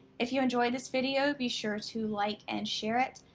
if you enjoyed this video be sure to like and share it,